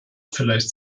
vielleicht